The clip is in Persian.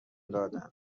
دادن